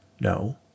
No